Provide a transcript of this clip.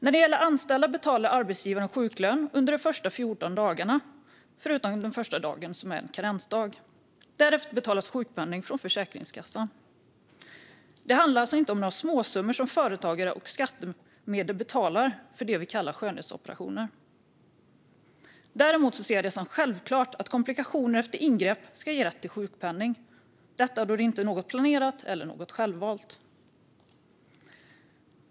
När det gäller anställda betalar arbetsgivaren sjuklön under de första 14 dagarna, förutom den första dagen som är karensdag. Därefter betalas sjukpenning från Försäkringskassan. Det handlar alltså inte om några småsummor som företagare och skattebetalare står för när det gäller det vi kallar skönhetsoperationer. Däremot ser jag det som självklart att komplikationer efter ingrepp ska ge rätt till sjukpenning, eftersom det inte är något planerat eller självvalt.